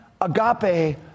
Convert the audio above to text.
agape